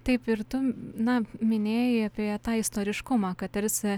taip ir tu na minėjai apie tą istoriškumą kad tarsi